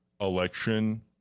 election